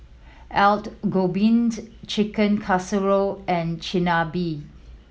Gobi Chicken Casserole and Chigenabe